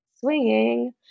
swinging